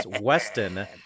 Weston